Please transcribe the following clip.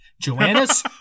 joanna's